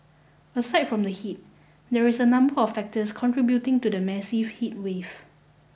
aside from the heat there are a number of factors contributing to the massive heatwave